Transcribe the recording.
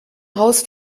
haus